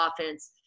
offense